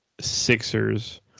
Sixers